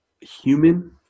human